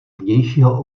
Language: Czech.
vnějšího